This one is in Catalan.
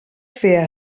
fer